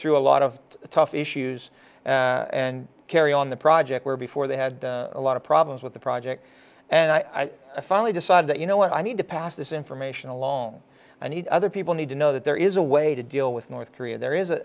through a lot of tough issues and carry on the project where before they had a lot of problems with the project and i finally decided that you know what i need to pass this information along i need other people need to know that there is a way to deal with north korea there